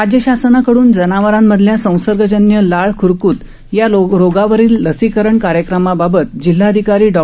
राज्य शासनाकडून जनावरांमधल्या संसर्गजन्य लाळ ख्रकूत या रोगावरील लसीकरण कार्यक्रमाबाबत जिल्हाधिकारी डॉ